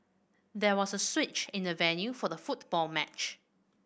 there was a switch in the venue for the football match